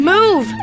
Move